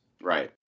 Right